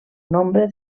nombre